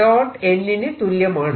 n ന് തുല്യമാണ്